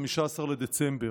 15 בדצמבר.